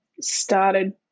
started